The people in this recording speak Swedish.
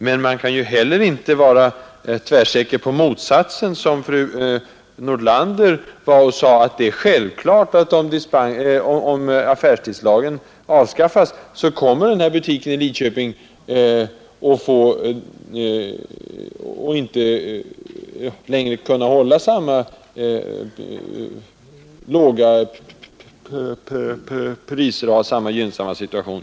Men man kan ju heller inte vara tvärsäker på motsatsen, som fru Nordlander var då hon sade att det är självklart att om affärstidslagen avskaffas så kommer den här butiken i Lidköping inte längre att kunna hålla samma låga priser och ha samma gynnsamma situation.